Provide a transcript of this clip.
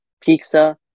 Pizza